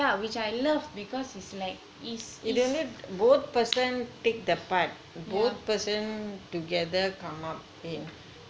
yeah which I love because it's it's yeah